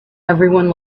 everyone